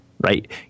right